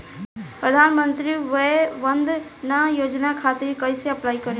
प्रधानमंत्री वय वन्द ना योजना खातिर कइसे अप्लाई करेम?